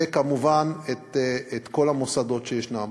וכמובן, את כל המוסדות שישנם.